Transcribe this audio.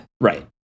Right